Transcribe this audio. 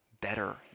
better